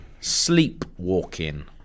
Sleepwalking